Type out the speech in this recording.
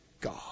God